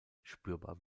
spürbar